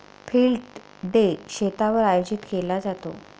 field day शेतावर आयोजित केला जातो